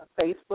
Facebook